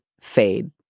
fade